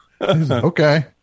Okay